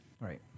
Right